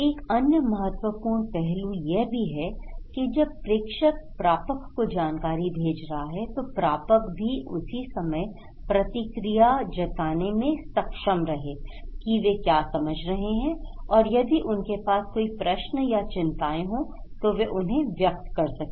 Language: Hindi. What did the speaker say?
एक अन्य महत्वपूर्ण पहलू यह भी है कि जब प्रेषक प्रापक को जानकारी भेज रहा है तो प्रापक भी उसी समय प्रतिक्रिया जताने में सक्षम रहे कि वे क्या समझ रहे हैं और यदि उनके पास कोई प्रश्न या चिंताएं हो तो वह उन्हें व्यक्त कर सके